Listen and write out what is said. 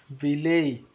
ବିଲେଇ